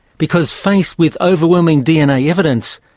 because faced with overwhelming dna evidence,